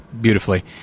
beautifully